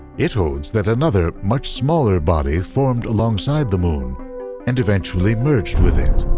it holds that another, much smaller body formed alongside the moon and eventually merged with it.